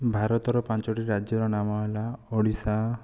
ଭାରତର ପାଞ୍ଚଟି ରାଜ୍ୟର ନାମ ହେଲା ଓଡ଼ିଶା